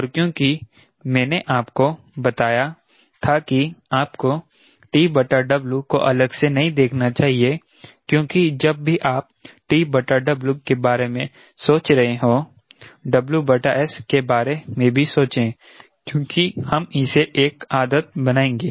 और क्योंकि मैंने आपको बताया था कि आपको TW को अलग से नहीं देखना चाहिए क्योंकि जब भी आप TW के बारे में सोच रहे हो WS के बारे में भी सोचे क्योंकि हम इसे एक आदत बनाएंगे